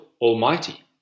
Almighty